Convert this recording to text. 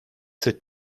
sept